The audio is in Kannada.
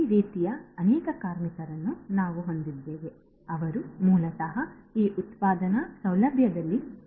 ಈ ರೀತಿಯ ಅನೇಕ ಕಾರ್ಮಿಕರನ್ನು ನಾವು ಹೊಂದಿದ್ದೇವೆ ಅವರು ಮೂಲತಃ ಈ ಉತ್ಪಾದನಾ ಸೌಲಭ್ಯದಲ್ಲಿ ಕೆಲಸ ಮಾಡುತ್ತಿದ್ದಾರೆ